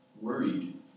worried